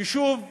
יישוב בגליל,